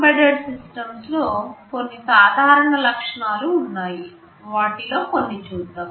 చాలా ఎంబెడెడ్ సిస్టమ్స్లో కొన్ని సాధారణ లక్షణాలు ఉన్నాయి వాటిలో కొన్ని చూద్దాం